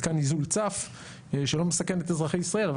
מתקן ניזול צף שלא מסכן את אזרחי ישראל אבל